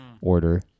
order